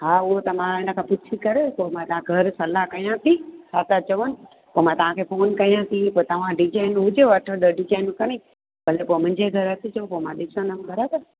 हा उहो त मां हिन खां पूछी करे पोइ मां घरु सलाहु कयां थी छा था चवन पोइ मां तव्हांखे फोन कयां थी पोइ तव्हां डिज़ाइन हुजेव अठ ॾह डिज़ाइन खणी भले पोइ मुंहिंजे घरु अचिजो त मां ॾिसंदम बराबरि